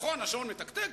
נכון שהשעון מתקתק,